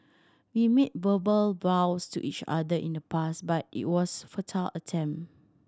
we made verbal vows to each other in the past but it was futile attempt